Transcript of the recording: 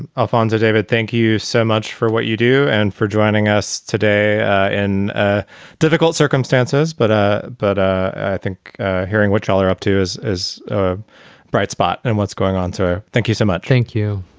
alfonzo, david, thank you so much for what you do and for joining us today in ah difficult circumstances. but ah but ah i think hearing what troller up to as as a bright spot and what's going on. sir, thank you so much thank you.